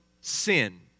sin